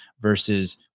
versus